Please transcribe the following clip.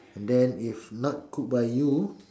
and then if not cooked by you